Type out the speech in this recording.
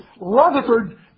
Rutherford